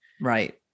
right